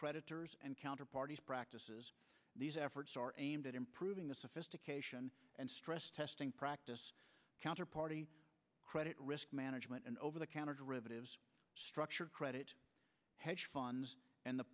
creditors and counter parties practices these efforts are aimed at improving the sophistication and stress testing practice counterparty credit risk management and over the counter derivatives structured credit